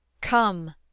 Come